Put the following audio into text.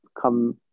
come